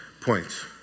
points